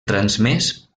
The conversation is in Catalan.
transmès